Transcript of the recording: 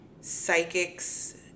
psychics